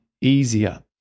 easier